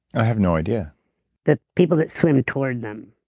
i have no idea the people that swim toward them.